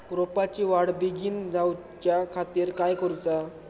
रोपाची वाढ बिगीन जाऊच्या खातीर काय करुचा?